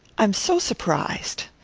i'm so surprised.